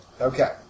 Okay